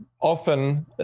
often